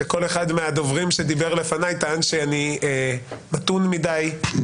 שכל אחד מהדוברים שדיבר לפניי טען שאני מתון מדי,